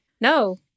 No